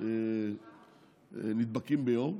נדבקים ביום.